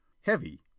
heavy